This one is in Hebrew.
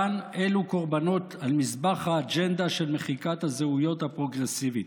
כאן אלו קורבנות על מזבח האג'נדה של מחיקת הזהויות הפרוגרסיבית.